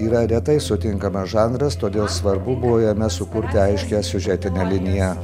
yra retai sutinkamas žanras todėl svarbu buvo jame sukurti aiškią siužetinę liniją